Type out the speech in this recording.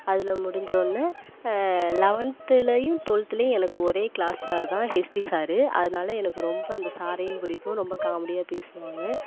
அதில் முடிஞ்ஜோன்ன லவன்த்துலையும் ட்வெல்த்துலையும் எனக்கு ஒரே க்ளாஸ் சார் தான் ஹிஸ்ட்ரி சாரு அதனால எனக்கு ரொம்ப அந்த சாரையும் பிடிக்கும் ரொம்ப காமெடியாக பேசுவாங்க